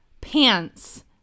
pants